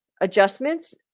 adjustments